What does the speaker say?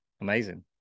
amazing